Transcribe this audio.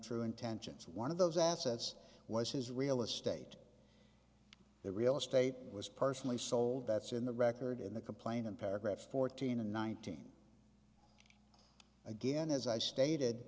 true intentions one of those assets was his real estate the real estate was personally sold that's in the record in the complaint and paragraph fourteen and nineteen again as i stated